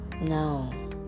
no